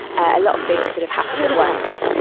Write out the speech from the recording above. a lot of things sort of happened at once.